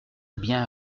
bien